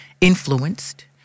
influenced